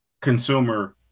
consumer